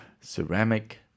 ceramic